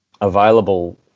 available